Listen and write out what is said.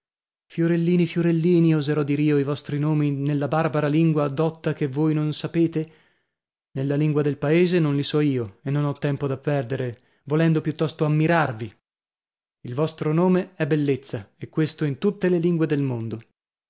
fiorellini fiorellini oserò dir io i vostri nomi nella barbara lingua dotta che voi non sapete nella lingua del paese non li so io e non ho tempo da perdere volendo piuttosto ammirarvi il vostro nome è bellezza e questo in tutte le lingue del mondo